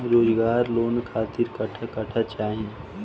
रोजगार लोन खातिर कट्ठा कट्ठा चाहीं?